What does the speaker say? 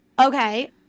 Okay